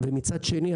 מצד שני,